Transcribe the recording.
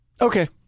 Okay